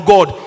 God